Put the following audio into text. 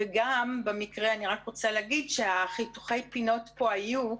אני רק רוצה להגיד שחיתוכי הפינות פה היו,